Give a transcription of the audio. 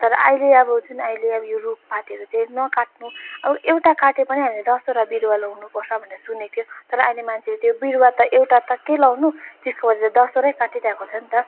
तर अहिले अब जुन अहिले अब यो रुखपातहरू चाहिँ नकाट्नु अब एउटा काट्यो पनि भने दसवटा बिरुवा लगाउनुपर्छ भनेर सुनेको थियो तर अहिले मान्छेहरूले त्यो बिरुवा त एउटा त के लगाउनु त्यसको बद्ली दसवटै काटिरहेको छ नि त